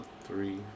three